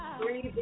Breathe